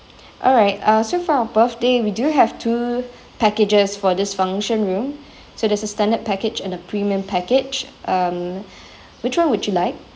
alright uh so for a birthday we do have two packages for this function room so there's a standard package and a premium package um which one would you like